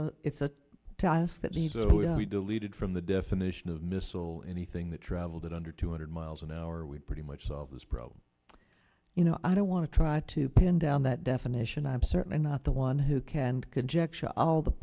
are deleted from the definition of missile anything that traveled in under two hundred miles an hour would pretty much solve this problem you know i don't want to try to pin down that definition i'm certainly not the one who can conjecture all the